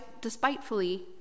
despitefully